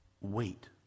Wait